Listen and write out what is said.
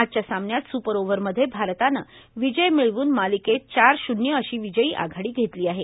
आजच्या सामव्यात सुपर ओव्हरमध्ये भारतानं विजय मिळवून मालिकेत चार शूव्य अशी विजयी आघाडी घेतली आहे